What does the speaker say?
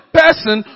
person